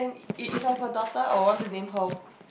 if if I have a daughter I would want to name her